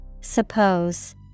Suppose